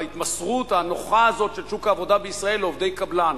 ההתמסרות הנוחה הזו של שוק העבודה בישראל לעובדי קבלן.